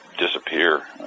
disappear